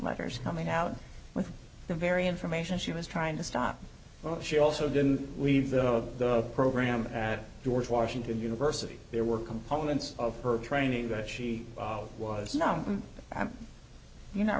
letters coming out with the very information she was trying to stop well she also didn't leave the program at george washington university there were components of her training that she was no i'm you kno